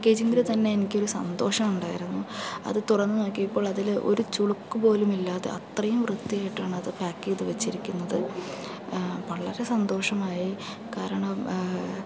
പാക്കേജിൽ തന്നെ എനിക്ക് ഒരു സന്തോഷമുണ്ടായിരുന്നു അത് തുറന്ന് നോക്കിയപ്പോളതില് ഒരു ചുളുക്ക് പോലും ഇല്ലാതെ അത്രയും വൃത്തിയായിട്ടാണത് പാക്ക് ചെയ്ത് വച്ചിരിക്കുന്നത് വളരെ സന്തോഷമായി കാരണം